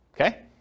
Okay